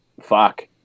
fuck